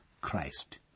Christ